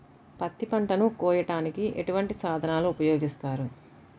పత్తి పంటను కోయటానికి ఎటువంటి సాధనలు ఉపయోగిస్తారు?